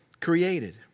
created